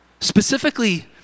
Specifically